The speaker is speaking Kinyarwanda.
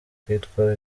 kitwa